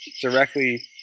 directly